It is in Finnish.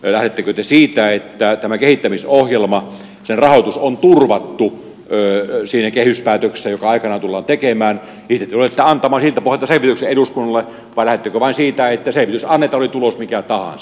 lähdettekö te siitä että tämän kehittämisohjelman rahoitus on turvattu siinä kehyspäätöksessä joka aikanaan tullaan tekemään ja te tulette antamaan siltä pohjalta selvityksen eduskunnalle vai lähdettekö vain siitä että selvitys annetaan oli tulos mikä tahansa